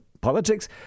politics